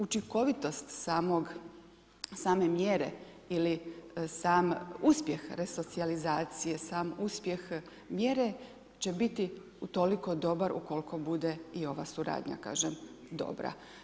Učinkovitost same mjere ili sam uspjeh resocijalizacije, sam uspjeh mjere će biti utoliko dobar ukoliko bude i ova suradnja kažem, dobra.